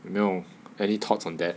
有没有 any thoughts on that